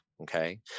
okay